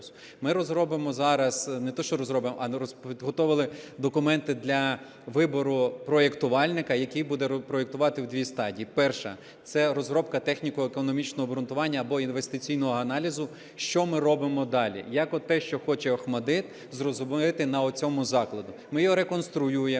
Ми розробимо зараз… не те, що розробимо, підготовили документи для вибору проєктувальника, який буде проєктувати у дві стадії. Перша. Це розробка техніко-економічного обґрунтування або інвестиційного аналізу, що ми робимо далі, як от те, що хоче Охматдит, зробити на оцьому закладі. Ми його реконструюємо,